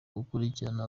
gukurikirana